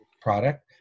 product